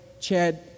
Chad